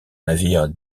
navire